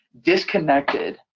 disconnected